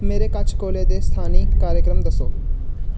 मेरे कच्छ कोले दे स्थानी कार्यक्रम दस्सो